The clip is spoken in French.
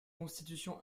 constitution